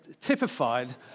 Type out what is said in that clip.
typified